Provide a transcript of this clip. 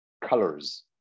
colors